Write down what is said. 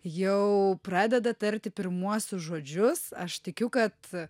jau pradeda tarti pirmuosius žodžius aš tikiu kad